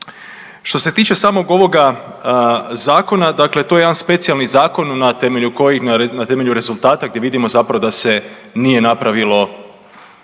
Što se tiče samog ovoga zakona, dakle to je jedan specijalni zakon na temelju rezultata gdje vidimo zapravo da se nije napravilo